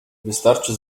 wystarczy